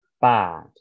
bad